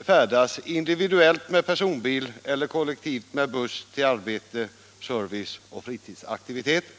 färdas individuellt med personbil eller kollektivt med buss till arbete, service och fritidsaktiviteter.